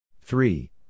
Three